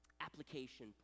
application